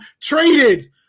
Traded